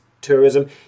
Tourism